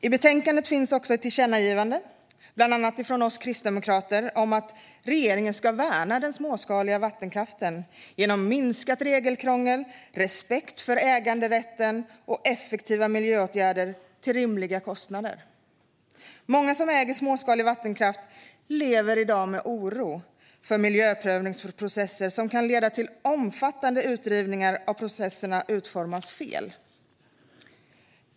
I betänkandet finns också ett tillkännagivande, bland annat från oss kristdemokrater, om att regeringen ska värna den småskaliga vattenkraften genom minskat regelkrångel, respekt för äganderätten och effektiva miljöåtgärder till rimliga kostnader. Många som äger småskalig vattenkraft lever i dag med oro för miljöprövningsprocesser som kan leda till omfattande utrivningar om processerna utformas fel.